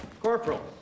Corporal